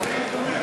אחר.